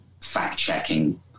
fact-checking